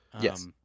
Yes